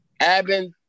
Abin